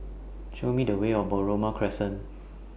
Show Me The Way Or Balmoral Crescent